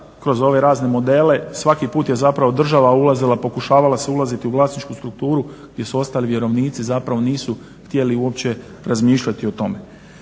kroz ove razne modele svaki put je zapravo država ulazila, pokušavala se ulaziti u vlasničku strukturu jer su ostali vjerovnici, zapravo nisu htjeli uopće razmišljati o tome.